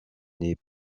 n’est